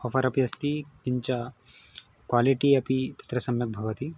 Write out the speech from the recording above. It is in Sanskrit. आफ़र् अपि अस्ति किञ्च क्वालिटि अपि तत्र सम्यक् भवति